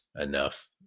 enough